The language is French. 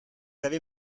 avez